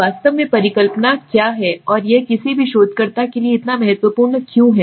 तो वास्तव में परिकल्पना में क्या है और यह किसी भी शोधकर्ता के लिए इतना महत्वपूर्ण क्यों है